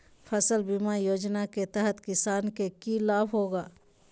फसल बीमा योजना के तहत किसान के की लाभ होगा?